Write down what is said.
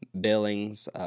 Billings